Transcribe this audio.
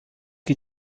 que